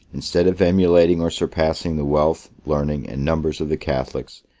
instead of emulating or surpassing the wealth, learning, and numbers of the catholics,